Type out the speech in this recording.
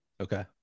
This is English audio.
okay